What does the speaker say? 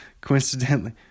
Coincidentally